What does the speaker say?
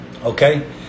Okay